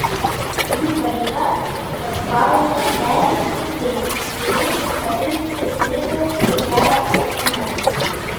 jų pareiga kas valandą perrinkti bei prireikus papildyti lidl turgelio asortimentą